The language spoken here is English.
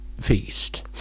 feast